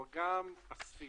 אבל גם הסביבה,